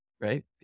Right